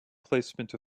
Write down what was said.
placement